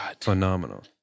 phenomenal